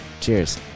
Cheers